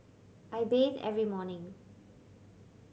I bathe every morning